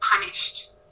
punished